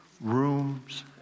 rooms